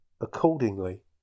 accordingly